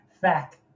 fact